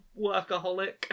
workaholic